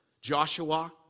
Joshua